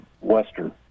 Western